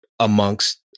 amongst